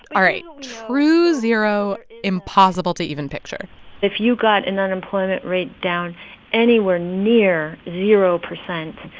all right. true zero impossible to even picture if you got an unemployment rate down anywhere near zero percent,